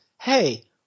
hey